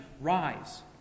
Rise